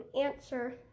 answer